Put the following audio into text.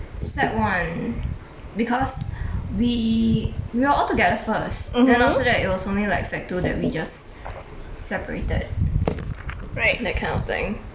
sec one because we we are altogether first then after that it was only like sec two that we just separated that kind of thing